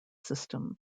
system